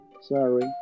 sorry